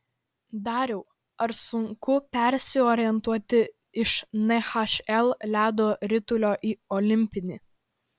dariau ar sunku persiorientuoti iš nhl ledo ritulio į olimpinį